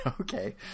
okay